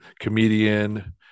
comedian